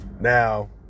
Now